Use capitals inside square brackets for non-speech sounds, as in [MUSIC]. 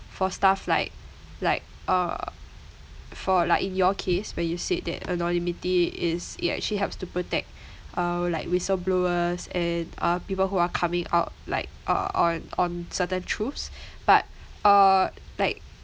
for stuff like like uh for like in your case where you said that anonymity is it actually helps to protect [BREATH] uh like whistleblowers and uh people who are coming out like uh on on certain truths [BREATH] but uh like